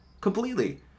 completely